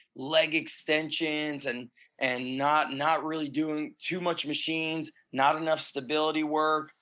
leg extensions and and not not really doing too much machines, not enough stability work,